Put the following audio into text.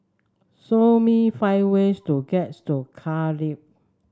show me five ways to gets to Cardiff